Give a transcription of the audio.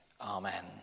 amen